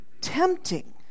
tempting